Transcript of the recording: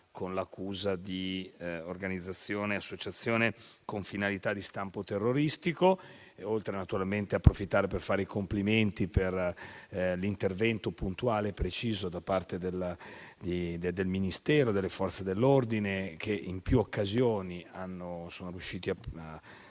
con l'accusa di organizzazione e associazione con finalità di stampo terroristico. Naturalmente, approfitto per fare i complimenti, per l'intervento puntuale e preciso, al Ministero e alle Forze dell'ordine, che in più occasioni sono riusciti ad